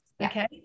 Okay